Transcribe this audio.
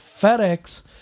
FedEx